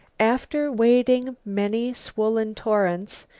after wading many swollen torrents,